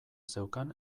zeukan